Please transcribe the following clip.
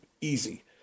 easy